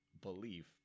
belief